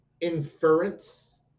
inference